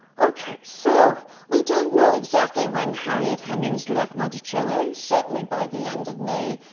okay, so, we don't know exactly when harriet hemings left monticello, certainly by the end of may,